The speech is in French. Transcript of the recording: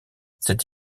cette